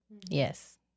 Yes